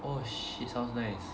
oh shit sounds nice